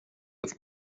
with